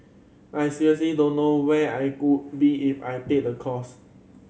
I seriously don't know where I would be if I take the course